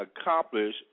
accomplish